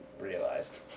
realized